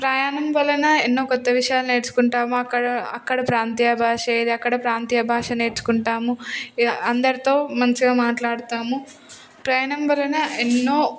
ప్రయాణం వలన ఎన్నో కొత్త విషయాలు నేర్చుకుంటాము అక్కడ అక్కడ ప్రాంతీయ భాష ఏది అక్కడ ప్రాంతీయ భాష నేర్చుకుంటాము ఇగ అందరితో మంచిగా మాట్లాడుతాము ప్రయాణం వలన ఎన్నో